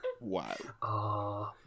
Wow